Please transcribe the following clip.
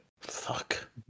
Fuck